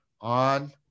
on